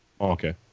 okay